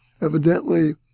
evidently